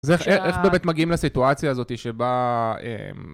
זה איך באמת מגיעים לסיטואציה הזאת שבה...